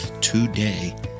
today